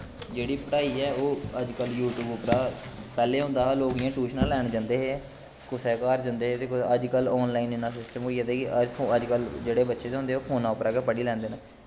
जेह्ड़ी पढ़ाई ऐ ओह् अज कल फोन परा पैह्लें होंदा हा लोग इयां यटूशनां लैन जंदे हे कुसै दै घर जंंदे हे ते अज् कल इन्ना सिस्टम होईगेदा कि अज कल जेह्ड़े बच्चे होंदे ओह् फोना परा गै पढ़ी लैंदे न